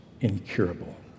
incurable